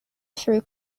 through